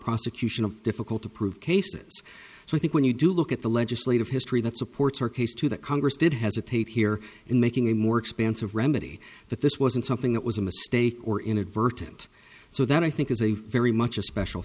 prosecution of difficult to prove cases so i think when you do look at the legislative history that supports our case too that congress did has a tape here in making a more expansive remedy that this wasn't something that was a mistake or inadvertent so that i think is a very much a special